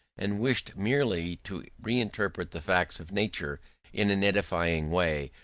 and wished merely to reinterpret the facts of nature in an edifying way,